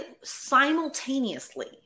simultaneously